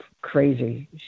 crazy